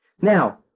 Now